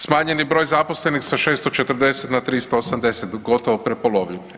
Smanjen je broj zaposlenih sa 640 na 380 gotovo prepolovljen.